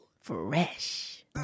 Fresh